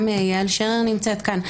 גם יעל שרר נמצאת כאן,